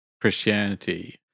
Christianity